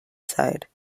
side